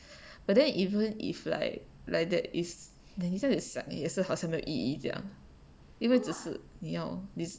but then even if like like that is 等一下也好像没有意意这样因为只是